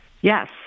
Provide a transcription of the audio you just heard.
Yes